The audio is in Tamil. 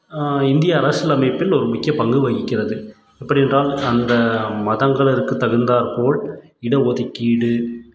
இந்திய அரசியலமைப்பில் ஒரு முக்கிய பங்கு வகிக்கிறது எப்படியென்றால் அந்த மதங்களருக்கு தகுந்தாற்போல் இட ஒதுக்கீடு